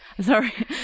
sorry